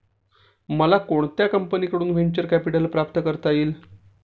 मला कोणत्या कंपनीकडून व्हेंचर कॅपिटल प्राप्त करता येईल?